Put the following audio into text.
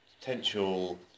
potential